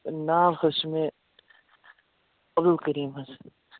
ناو حظ چھِ مےٚ عبدالکریٖم حظ